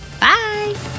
bye